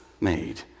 made